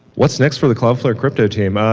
what's next for the cloudflare crypto team? ah